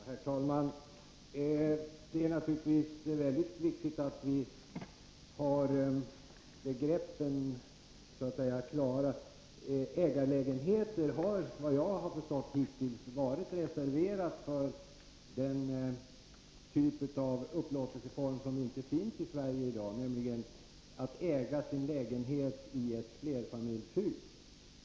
Herr talman! Det är naturligtvis mycket viktigt att vi håller begreppen klara. Begreppet ägarlägenhet har vad jag förstått hittills varit reserverad för den upplåtelseform som inte finns i Sverige i dag, nämligen att äga sin lägenhet i flerfamiljshus.